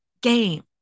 game